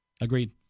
Agreed